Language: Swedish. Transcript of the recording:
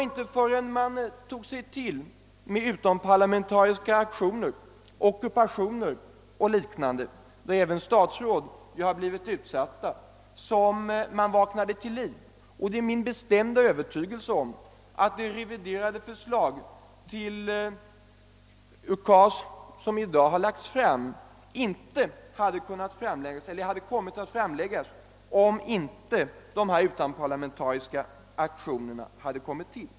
Inte förrän studenterna tog till utomparlamentariska aktioner, ockupationer och liknande, där även statsråd har blivit utsatta, vaknade de ansvariga till liv. Det är min bestämda övertygelse att det reviderade förslag till UKAS som nu har lagts fram inte hade kommit att framläggas om inte dessa utomparlamentariska aktioner hade förekommit.